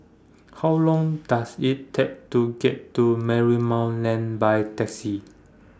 How Long Does IT Take to get to Marymount Lane By Taxi